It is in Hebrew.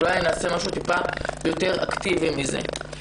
אולי נעשה משהו יותר אקטיבי מזה.